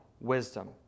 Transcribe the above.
wisdom